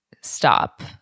stop